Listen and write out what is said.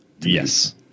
Yes